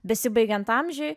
besibaigiant amžiui